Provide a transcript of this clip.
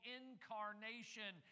incarnation